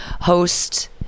host